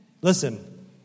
Listen